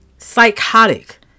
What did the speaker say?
psychotic